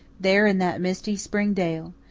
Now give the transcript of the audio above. there in that misty spring dale,